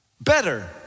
Better